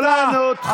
לא לענות,